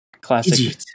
classic